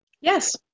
Yes